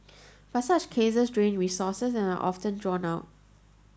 but such cases drain resources and are often drawn out